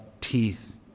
teeth